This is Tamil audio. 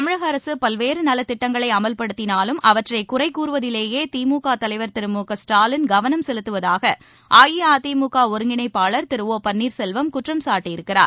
தமிழக அரசு பல்வேறு நலத்திட்டங்களை அமல்படுத்தினாலும் அவற்றை குறை கூறுவதிலேயே திமுக தலைவர் திரு மு க ஸ்டாலின் கவனம் செலுத்துவதாக அஇஅதிமுக ஒருங்கிணைப்பாளர் திரு ஒ பன்னீர்செல்வம் குற்றம் சாட்டியிருக்கிறார்